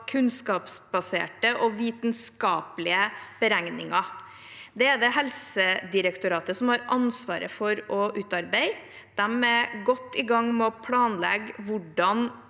kunnskapsbaserte og vitenskapelige beregninger. Det er det Helsedirektoratet som har ansvaret for å utarbeide. De er godt i gang med å planlegge hvordan